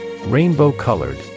rainbow-colored